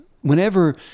whenever